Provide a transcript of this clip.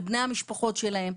לבני המשפחות שלהם.